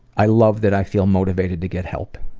i love that i feel motivated to get help.